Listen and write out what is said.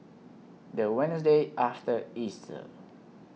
The Wednesday after Easter